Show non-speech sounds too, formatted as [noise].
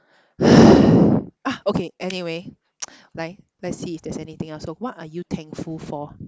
!hais! ah okay anyway [noise] 来 let's see if there's anything else so what are you thankful for